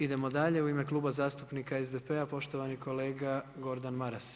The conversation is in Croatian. Idemo dalje, u ime Kluba zastupnika SDP-a poštovani kolega Gordan Maras.